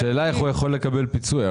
השאלה היא איך הוא יכול לקבל פיצוי.